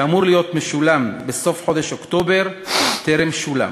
שאמור להיות משולם בסוף חודש אוקטובר, טרם שולם.